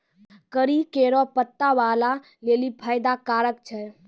करी केरो पत्ता बालो लेलि फैदा कारक छै